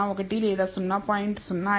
01 లేదా 0